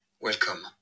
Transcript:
Welcome